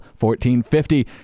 1450